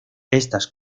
estas